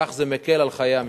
כך זה מקל על חיי המשפחה.